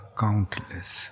countless